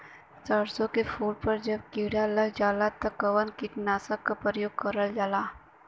सरसो के फूल पर जब किड़ा लग जाला त कवन कीटनाशक क प्रयोग करल जाला?